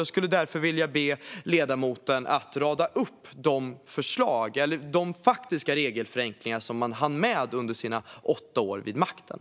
Jag skulle därför vilja be ledamoten att rada upp de faktiska regelförenklingar som man hann med under sina åtta år vid makten.